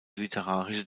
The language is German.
literarische